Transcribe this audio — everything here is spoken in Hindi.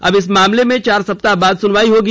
अब इस मामले में चार सप्ताह बाद सुनवाई होगी